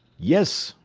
yes,